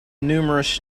numerous